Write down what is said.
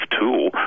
tool